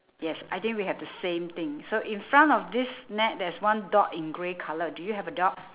yes I think we have the same thing so in front of this net there's one dog in grey colour do you have a dog